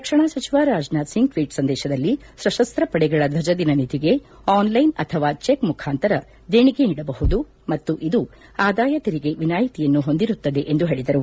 ರಕ್ಷಣಾ ಸಚಿವ ರಾಜನಾಥ್ ಸಿಂಗ್ ಟ್ವೀಟ್ ಸಂದೇಶದಲ್ಲಿ ಸಶಸ್ತ ಪಡೆಗಳ ಧ್ವಜ ದಿನ ನಿಧಿಗೆ ಆನ್ಲೈನ್ ಅಥವಾ ಚೆಕ್ ಮುಖಾಂತರ ದೇಣಿಗೆ ನೀಡಬಹುದು ಮತ್ತು ಇದು ಆದಾಯ ತೆರಿಗೆ ವಿನಾಯಿತಿಯನ್ನು ಹೊಂದಿರುತ್ತದೆ ಎಂದು ಹೇಳಿದರು